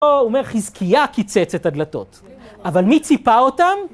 הוא אומר: חזקיה קיצץ את הדלתות, אבל מי ציפה אותם?